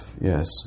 yes